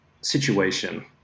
situation